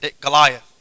Goliath